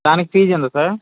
దానికి ఫీజు ఎంత సార్